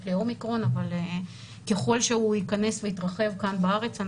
ל-אומיקרון אבל ככל שהוא ייכנס ויתרחב כאן בארץ,